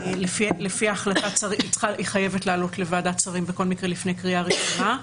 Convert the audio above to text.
שהיא חייבת לעלות לוועדת השרים בכל מקרה לפני הקריאה הראשונה,